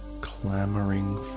Clamoring